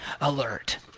alert